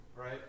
right